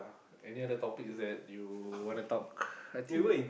any other topics that you wanna talk I think